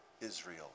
Israel